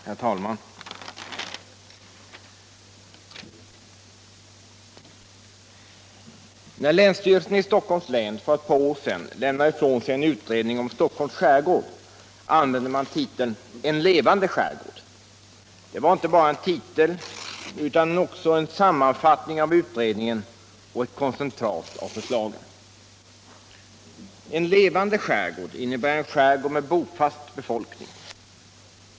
Herr talman! När länsstyrelsen i Stockholms län för ett par år sedan lämnade ifrån sig en utredning om Stockholms skärgård använde man titeln ”En levande skärgård”. Det var inte bara en titel utan också en sammanfattning av utredningen och ett koncentrat av förslagen. En levande skärgård innebär en skärgård med bofast befolkning.